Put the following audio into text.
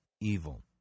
evil